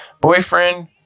boyfriend